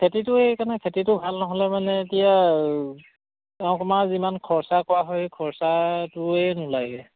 খেতিটো সেইকাৰণে খেতিটো ভাল নহ'লে মানে এতিয়া অকণমান যিমান খৰচা কৰা হয় সেই খৰচাটোৱেই নোলাগে